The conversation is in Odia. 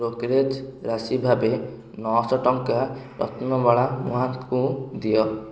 ବ୍ରୋକରେଜ୍ ରାଶି ଭାବେ ନଅଶହ ଟଙ୍କା ରତ୍ନବାଳା ମହାତ ଙ୍କୁ ଦିଅ